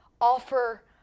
Offer